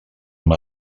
amb